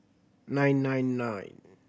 nine nine nine